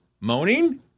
moaning